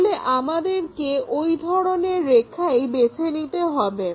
তাহলে আমাদেরকে ওই ধরনের রেখাই বেছে নিতে হবে